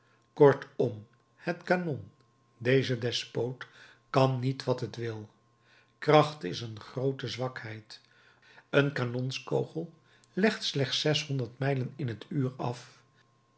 kortom het kanon deze despoot kan niet wat het wil kracht is een groote zwakheid een kanonskogel legt slechts zeshonderd mijlen in het uur af